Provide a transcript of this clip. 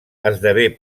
esdevé